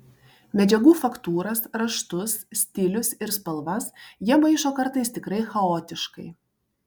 medžiagų faktūras raštus stilius ir spalvas jie maišo kartais tikrai chaotiškai